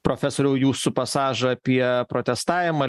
profesoriau jūsų pasažą apie protestavimą